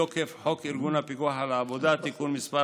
מתוקף חוק ארגון הפיקוח על העבודה (תיקון מס'